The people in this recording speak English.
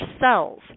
cells